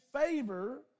favor